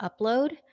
Upload